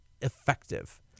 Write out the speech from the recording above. effective